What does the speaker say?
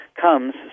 comes